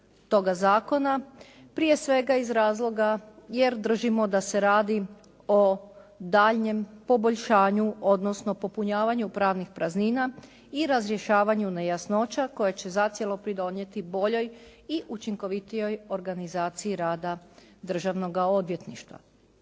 toga zakona, prije svega iz razloga jer držimo da se radi o daljnjem poboljšanju, odnosno popunjavanju pravnih praznina i razrješavanju nejasnoća koje će zacijelo pridonijeti i učinkovitijoj organizaciji rada državnoga odvjetništva.